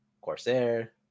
Corsair